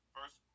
First